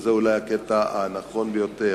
וזה אולי הקטע הנכון ביותר,